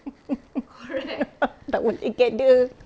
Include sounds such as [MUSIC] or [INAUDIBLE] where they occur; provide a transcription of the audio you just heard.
[LAUGHS] tak boleh gather